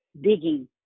digging